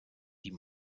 die